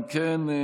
אם כן,